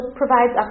provides